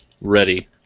Ready